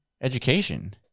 Education